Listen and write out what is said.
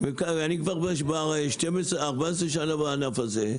ואני כבר 14 שנים בענף הזה.